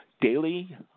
daily